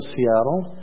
Seattle